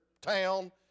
town